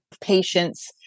patience